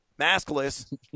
maskless